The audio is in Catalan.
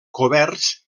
coberts